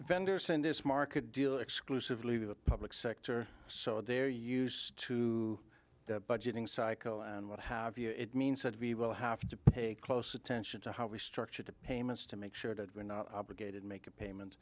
fenderson this market deal exclusively to the public sector so they're used to that budgeting cycle and what have you it means that we will have to pay close attention to how we structured the payments to make sure that we're not obligated make a payment